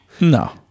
No